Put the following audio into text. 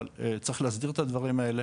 אבל צריך להסדיר את העניינים האלה